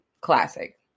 classic